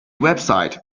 website